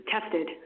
tested